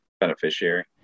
beneficiary